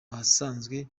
ahasanzwe